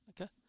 Okay